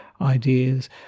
ideas